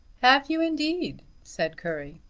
have you indeed? said currie.